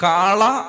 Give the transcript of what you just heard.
Kala